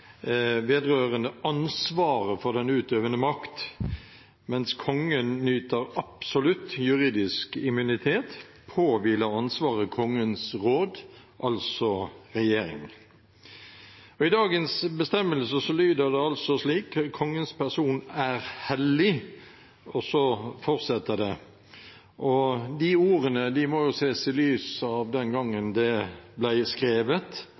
vedrørende ansvaret for den utøvende makt. Mens kongen nyter absolutt juridisk immunitet, påhviler ansvaret kongens råd – altså regjeringen. I dagens bestemmelse lyder det slik: «Kongens person er hellig», og så fortsetter det. De ordene må ses i lys av den gangen de ble skrevet